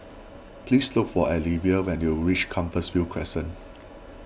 please look for Alivia when you reach Compassvale Crescent